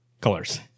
Colors